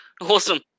Awesome